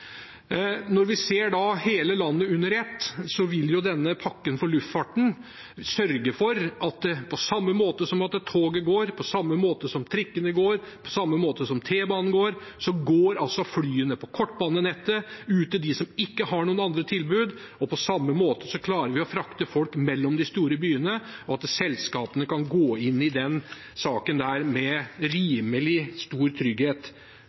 Når vi ser hele landet under ett, vil denne pakken for luftfarten sørge for at – på samme måte som at toget, trikkene og T-banen går – flyene på kortbanenettet går ut til dem som ikke har andre tilbud. Man kommer til å klare å frakte folk mellom de store byene, og selskapene kan gå inn i den saken med rimelig stor trygghet.